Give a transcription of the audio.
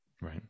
Right